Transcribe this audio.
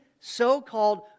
So-called